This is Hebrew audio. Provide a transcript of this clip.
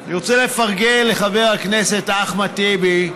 רוצה לפרגן לחבר הכנסת אחמד טיבי,